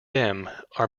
are